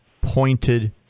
pointed